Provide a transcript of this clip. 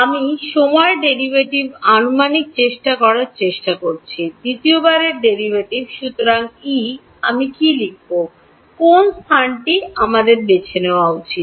আমি সময় ডেরাইভেটিভ আনুমানিক চেষ্টা করার চেষ্টা করছি দ্বিতীয় বারের ডেরাইভেটিভ সুতরাং E আমি কী লিখব কোন স্থানটি আমাদের বেছে নেওয়া উচিত